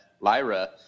Lyra